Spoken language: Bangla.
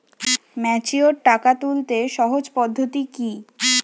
ম্যাচিওর টাকা তুলতে সহজ পদ্ধতি কি?